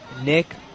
Nick